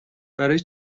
برای